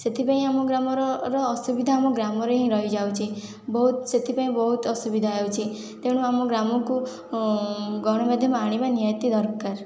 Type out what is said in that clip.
ସେଥିପାଇଁ ଆମ ଗ୍ରାମର ଅସୁବିଧା ଆମ ଗ୍ରାମରେ ହିଁ ରହିଯାଉଛି ବହୁତ ସେଥିପାଇଁ ଅସୁବିଧା ହେଉଛି ତେଣୁ ଆମ ଗ୍ରାମକୁ ଗଣମାଧ୍ୟମ ଆଣିବା ନିହାତି ଦରକାର